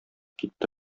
китте